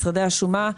משרדי השומה,